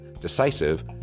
decisive